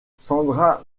sandra